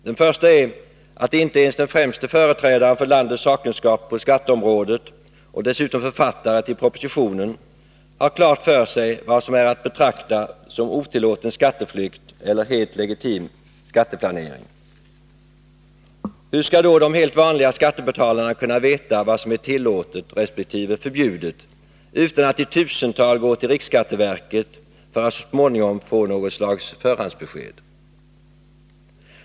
Den första är att inte ens den främste företrädaren för landets sakkunskap på skatteområdet och dessutom författare till propositionen har klart för sig vad som är att betrakta som otillåten skatteflykt eller helt legitim skatteplanering. Hur skall då de helt vanliga skattebetalarna veta vad som är tillåtet resp. förbjudet, utan att i tusental gå till riksskatteverket för att så småningom få något slags förhandsbesked?